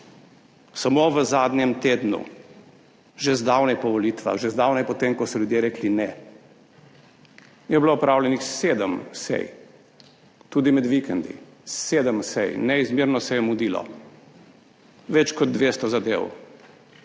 Samo v zadnjem tednu, že zdavnaj po volitvah, že zdavnaj po tem, ko so ljudje rekli ne, je bilo opravljenih 7 sej, tudi med vikendi, 7 sej, neizmerno se je mudilo, več kot 200 zadev.